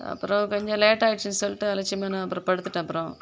அப்புறம் கொஞ்சம் லேட் ஆயிடுச்சின்னு சொல்லிட்டு அலட்சியமாக நான் அப்புறம் படுத்துட்டேன் அப்புறம்